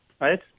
right